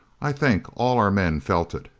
i think all our men felt it.